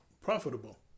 profitable